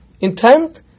intent